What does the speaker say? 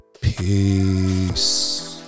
Peace